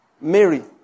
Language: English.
Mary